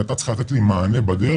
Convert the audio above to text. והייתה צריכה לתת לי מענה בדרך,